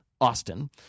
Austin